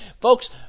Folks